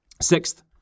Sixth